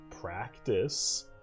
practice